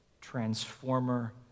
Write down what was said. transformer